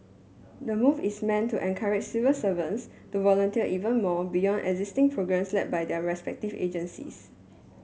the move is meant to encourage civil servants to volunteer even more beyond existing programmes led by their respective agencies